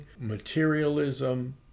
materialism